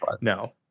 No